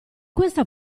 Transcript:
questa